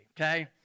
okay